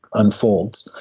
unfolds.